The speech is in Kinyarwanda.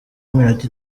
iminota